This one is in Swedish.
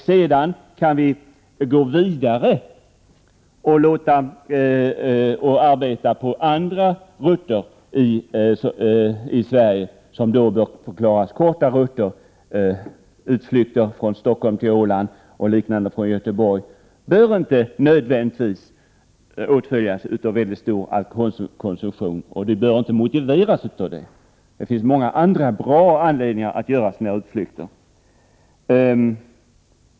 Sedan kan vi gå vidare och arbeta för att andra rutter i Sverige skall klassas som korta rutter. Utflykter från Stockholm till Åland och utflykter som utgår från Göteborg behöver inte nödvändigtvis åtföljas av en stor alkoholkonsumtion. De bör heller inte motiveras av detta. Det finns många andra bra anledningar att göra sådana här utflykter.